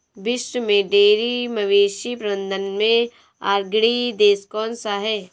विश्व में डेयरी मवेशी प्रबंधन में अग्रणी देश कौन सा है?